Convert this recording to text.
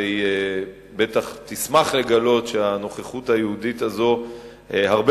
והיא בטח תשמח לגלות שהנוכחות היהודית הזו הרבה